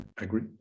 agree